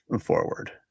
forward